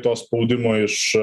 to spaudimo iš